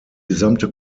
gesamte